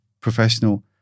professional